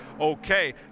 okay